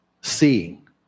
seeing